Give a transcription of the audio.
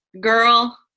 girl